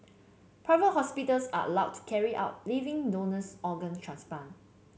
private hospitals are allowed to carry out living donors organ transplant